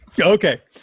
Okay